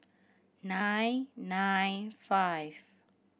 nine nine five